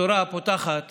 התורה פותחת